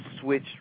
switch